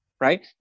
right